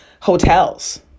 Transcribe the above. hotels